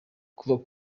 kuva